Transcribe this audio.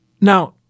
Now